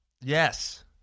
Yes